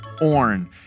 Orn